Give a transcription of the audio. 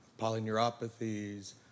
polyneuropathies